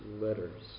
letters